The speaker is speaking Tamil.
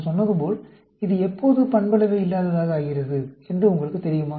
நான் சொன்னது போல் இது எப்போது பண்பளவையில்லாததாக ஆகிறது என்று உங்களுக்குத் தெரியுமா